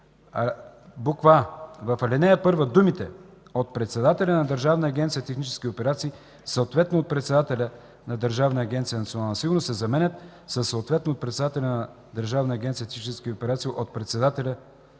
37: а) в ал. 1 думите „от председателя на Държавна агенция „Технически операции”, съответно от председателя на Държавна агенция „Национална сигурност” се заменят със „съответно от председателя на Държавна агенция „Технически операции”, от председателя